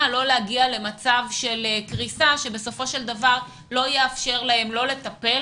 לא להגיע למצב של קריסה שבסופו של דבר לא יאפשר להן לא לטפל